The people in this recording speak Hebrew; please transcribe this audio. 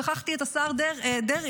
שכחתי את השר דרעי.